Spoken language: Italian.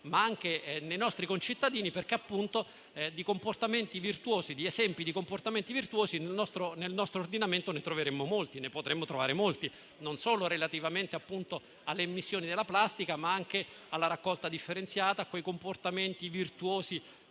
ma anche nei nostri concittadini, perché di esempi di comportamenti virtuosi nel nostro ordinamento ne potremmo trovare molti, non solo relativamente alle immissioni della plastica, ma anche alla raccolta differenziata, a quei comportamenti virtuosi